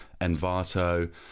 envato